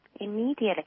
Immediately